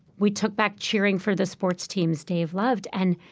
we took back cheering for the sports teams dave loved. and